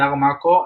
באתר מאקו,